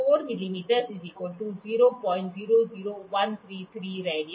4 मिमी 000133 रेड